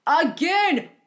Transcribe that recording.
Again